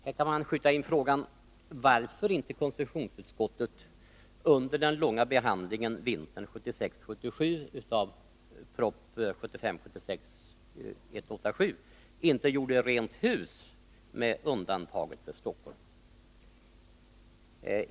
Här kan man inskjuta frågan varför inte konstitutionsutskottet under den långa behandlingen vintern 1976-1977 av prop. 1975/76:187 inte gjorde rent hus med undantaget för Stockholm.